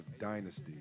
dynasty